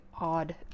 odd